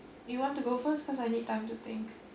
you want to go first cause I need time to think